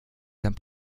dann